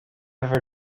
ever